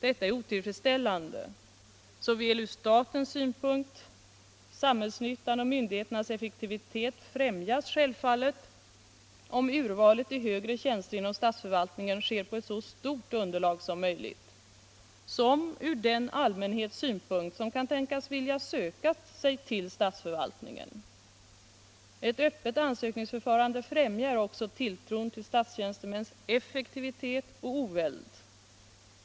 Detta är otillfredsställande, såväl från statens synpunkt — samhällsnyttan och myndigheternas effektivitet främjas självfallet om urvalet till högre tjänster inom statsförvaltningen sker på ett så stort underlag som möjligt — som från den allmänhets synpunkt som kan tänkas vilja söka sig till statsförvaltningen. Ett öppet ansökningsförfarande främjar också tilltron till statstjänstemäns effektivitet och oväld.